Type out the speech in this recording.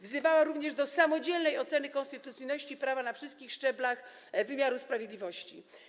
Wzywała również do samodzielnej oceny konstytucyjności prawa na wszystkich szczeblach wymiaru sprawiedliwości.